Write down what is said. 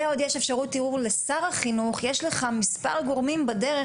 ועוד יש אפשרות של ערעור לשר החינוך יש לך מספר גורמים בדרך